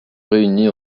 réunit